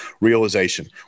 realization